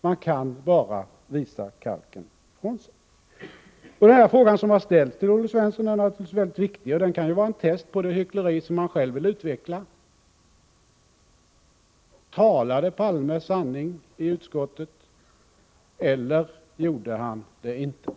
Man kan bara visa kalken ifrån sig. Den fråga som har ställts till Olle Svensson är naturligtvis mycket viktig. Den kan vara ett test på det tal om hyckleri som han själv vill utveckla. Talade Palme sanning i utskottet eller gjorde han det inte?